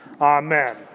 Amen